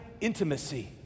intimacy